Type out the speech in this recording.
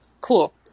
cool